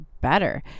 better